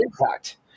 impact